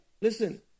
listen